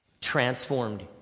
transformed